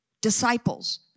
Disciples